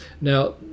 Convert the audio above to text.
Now